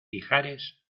ijares